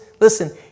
Listen